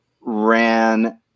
ran